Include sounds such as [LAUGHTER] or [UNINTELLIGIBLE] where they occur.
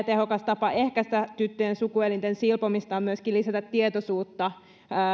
[UNINTELLIGIBLE] tehokas tapa ehkäistä tyttöjen sukuelinten silpomista on myöskin lisätä tietoisuutta